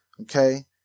Okay